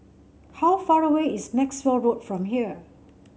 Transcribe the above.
how far away is Maxwell Road from here